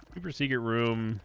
super secret room